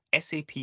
SAP